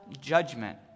judgment